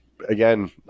Again